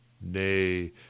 Nay